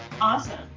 Awesome